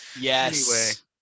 Yes